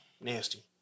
nasty